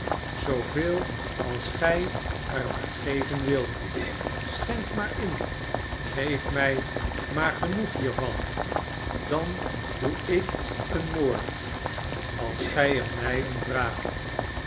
zooveel als gij er maar geven wilt schenk maar in geef mij maar genoeg hiervan dan doe ik een moord als gij er mij om vraagt